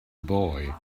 boy